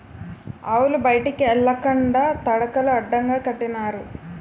ఆవులు బయటికి ఎల్లకండా తడకలు అడ్డగా కట్టినారు